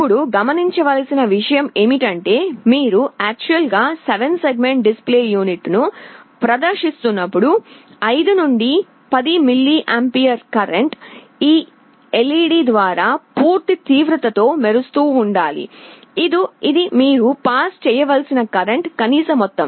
ఇప్పుడు గమనించవలసిన విషయం ఏమిటంటే మీరు అసలు 7 సెగ్మెంట్ డిస్ప్లే యూనిట్ ను ప్రదర్శిస్తున్నప్పుడు 5 నుండి 10 మిల్లియంపేర్ కరెంట్ ఎల్ఈడీ ద్వారా పూర్తి తీవ్రతతో వెలుగుతూ ఉండాలి ఇది మీరు పంపిణి చేయవలసిన కరెంటు కనీస మొత్తం